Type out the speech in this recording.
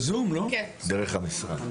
דרך המשרד,